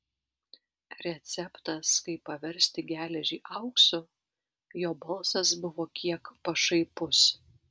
receptas kaip paversti geležį auksu jo balsas buvo kiek pašaipus